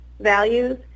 values